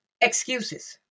excuses